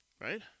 Right